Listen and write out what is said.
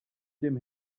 dem